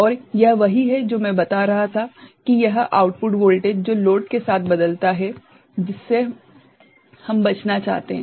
और यह वही है जो मैं बता रहा था कि यह आउटपुट वोल्टेज जो लोड के साथ बदलता है जिससे हम बचना चाहते हैं